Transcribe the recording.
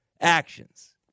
actions